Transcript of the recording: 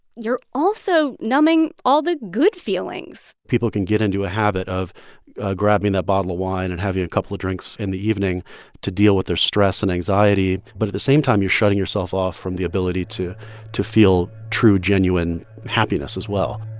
you're also numbing all the good feelings people can get into a habit of grabbing that bottle of wine and having a couple of drinks in the evening to deal with their stress and anxiety. but at the same time, you're shutting yourself off from the ability to to feel true, genuine happiness as well.